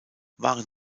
waren